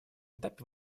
этапе